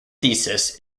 thesis